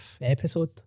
episode